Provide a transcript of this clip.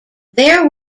there